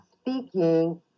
speaking